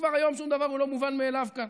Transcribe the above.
שכבר היום שום דבר הוא לא מובן מאליו כאן.